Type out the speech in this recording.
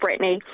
Britney